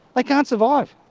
like can't survive.